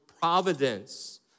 providence